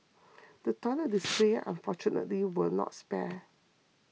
the toilet displays unfortunately were not spared